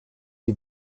die